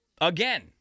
again